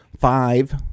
five